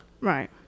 Right